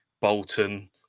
Bolton